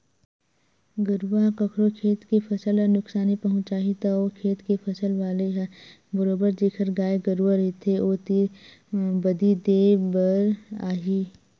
गरुवा ह कखरो खेत के फसल ल नुकसानी पहुँचाही त ओ खेत के फसल वाले ह बरोबर जेखर गाय गरुवा रहिथे ओ तीर बदी देय बर आही ही